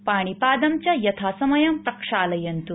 पाणिपादं च यथासमयं प्रक्षालयन्तु